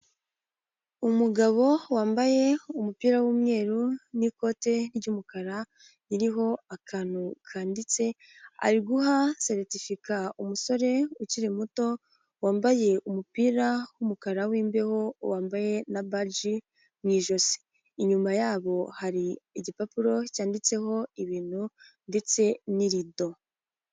Umugabo wambaye umupira w'umweru n'ikote ry'umukara, ririho akantu kanditse ari guha seritifika umusore ukiri muto wambaye umupira w'umukara w'imbeho wambaye na baje mu ijosi inyuma yabo hari igipapuro cyanditseho ibintu ndetse n'irido.